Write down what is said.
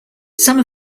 some